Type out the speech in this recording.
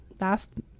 Last